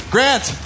Grant